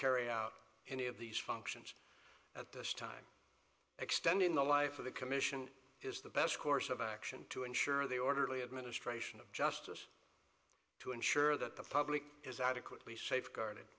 carry out any of these functions at this time extending the life of the commission is the best course of action to ensure the orderly administration of justice to ensure that the public is adequately safeguard